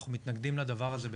אנחנו מתנגדים לדבר הזה בתוקף.